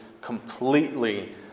completely